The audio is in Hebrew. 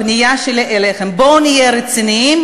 הפנייה שלי אליכם: בואו נהיה רציניים